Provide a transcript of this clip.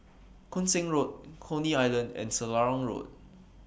Koon Seng Road Coney Island and Selarang Road